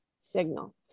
signal